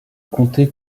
comté